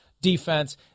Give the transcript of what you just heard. defense